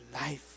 life